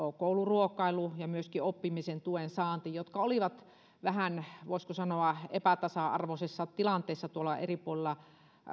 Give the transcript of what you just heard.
kouluruokailu ja myöskin oppimisen tuen saanti jotka olivat vähän voisiko sanoa epätasa arvoisessa tilanteessa tuolla kunnissa eri puolilla